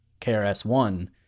KRS-One